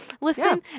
listen